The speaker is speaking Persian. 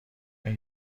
این